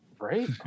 Right